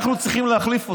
אנחנו צריכים להחליף אותה.